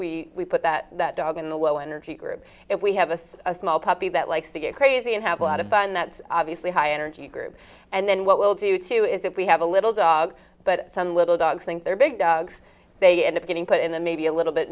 put that dog in the low energy group if we have a small puppy that likes to get crazy and have a lot of fun that's obviously high energy group and then what we'll do too is if we have a little dog but some little dogs think their big dogs they end up getting put in a maybe a little bit